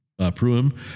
pruim